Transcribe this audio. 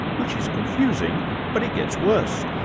which is confusing but it gets worse.